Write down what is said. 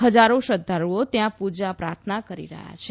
હજારો શ્રધ્ધાળુઓ ત્યાં પુજા પ્રાર્થના કરી રહ્યાં છે